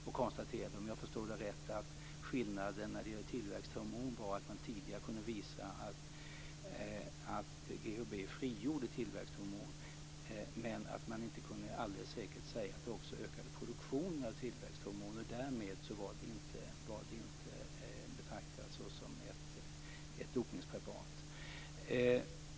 Om jag förstår rätt konstaterade man att skillnaden när det gäller tillväxthormon var att man tidigare kunde visa att GHB frigjorde tillväxthormon men inte alldeles säkert kunde säga att det också ökade produktionen av tillväxthormoner. Därmed var det inte att betrakta som ett dopningspreparat.